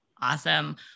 Awesome